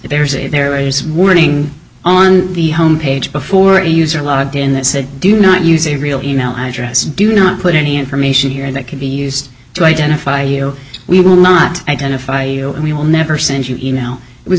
there's a there is warning on the home page before a user logged in that said do not use a real e mail address do not put any information here that could be used to identify you we will not identify you we will never send you e mails it was